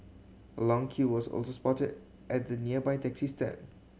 a long queue was also spotted at the nearby taxi stand